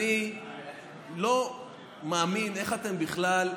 אני לא מאמין איך אתם בכלל,